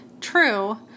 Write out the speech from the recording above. true